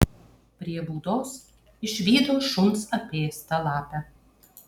prie būdos išvydo šuns apėstą lapę